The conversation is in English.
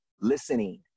listening